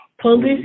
Police